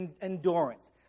endurance